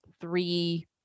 three